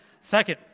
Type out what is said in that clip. Second